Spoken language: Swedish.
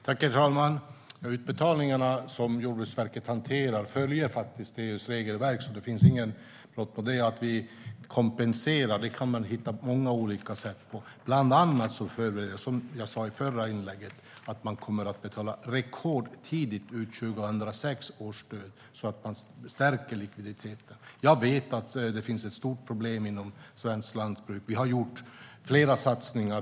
Herr talman! Utbetalningarna, som Jordbruksverket hanterar, följer EU:s regelverk, så det är inget brott mot det. Att kompensera kan man göra på många olika sätt. Bland annat kommer man, som jag sa i förra inlägget, att betala ut 2016 års stöd rekordtidigt så att man stärker likviditeten. Jag vet att det finns ett stort problem inom svenskt lantbruk. Vi har gjort flera satsningar.